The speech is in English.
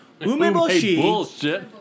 Umeboshi